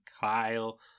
Kyle